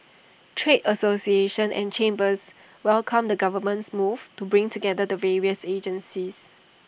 trade associations and chambers welcomed the government's move to bring together the various agencies